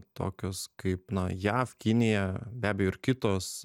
tokios kaip na jav kinija be abejo ir kitos